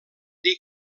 dir